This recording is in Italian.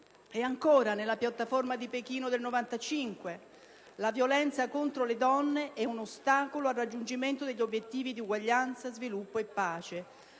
E ancora, nella piattaforma di Pechino del 1995: «La violenza contro le donne è un ostacolo al raggiungimento degli obiettivi di eguaglianza, sviluppo e pace.